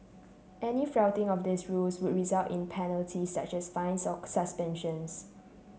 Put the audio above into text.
any flouting of these rules would result in penalties such as fines or suspension